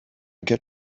get